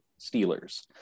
Steelers